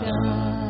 God